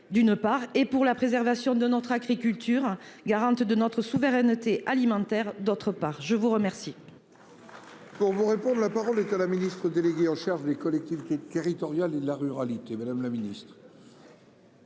D'une part et pour la préservation de notre agriculture garante de notre souveraineté alimentaire, d'autre part, je vous remercie.